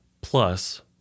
plus